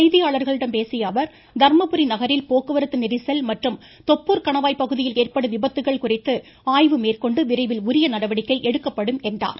செய்தியாளர்களிடம் இன்று பேசிய அவர் தர்மபுரி நகரில் போக்குவரத்து நெரிசல் மற்றும் தொப்பூர் கணவாய் பகுதியில் ஏற்படும் விபத்துகள் குறித்து ஆய்வு மேற்கொண்டு விரைவில் உரிய நடவடிக்கை எடுக்கப்படும் என்றார்